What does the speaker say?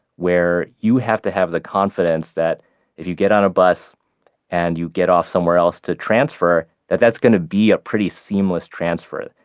where you have to have the confidence that if you get on a bus and you get off somewhere else to transfer, that's going to be a pretty seamless transfer.